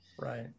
Right